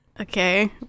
Okay